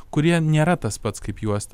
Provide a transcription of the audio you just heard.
kurie nėra tas pats kaip juosta